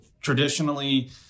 Traditionally